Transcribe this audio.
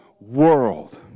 world